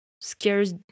scares